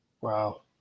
Wow